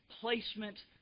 placement